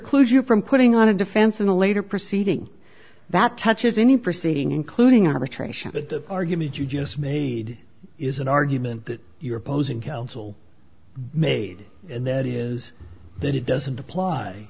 precludes you from putting on a defense in a later proceeding that touches any proceeding including arbitration the argument you just made is an argument that you're opposing counsel made and that is that it doesn't apply